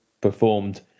performed